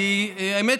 כי האמת,